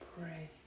pray